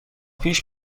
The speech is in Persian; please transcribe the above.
پیش